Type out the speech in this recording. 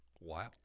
Wow